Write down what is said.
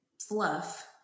fluff